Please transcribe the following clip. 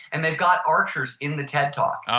and they've got archers in the ted talk.